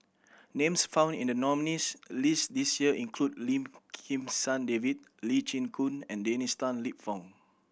names found in the nominees' list this year include Lim Kim San David Lee Chin Koon and Dennis Tan Lip Fong